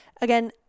Again